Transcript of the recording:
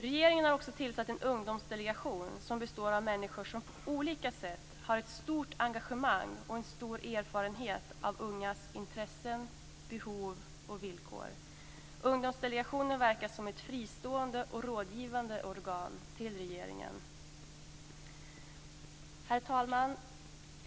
Regeringen har också tillsatt en ungdomsdelegation som består av människor som på olika sätt har ett stort engagemang och stor erfarenhet av ungas intressen, behov och villkor. Ungdomsdelegationen verkar som ett fristående och rådgivande organ till regeringen. Herr talman!